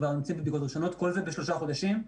כבר נמצאים בבדיקות ראשונות כל זה בשלושה חודשים.